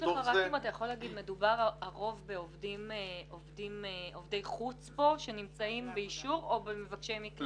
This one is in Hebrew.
מדובר לרוב בעובדי חוץ שנמצאים באישור או במבקשי מקלט?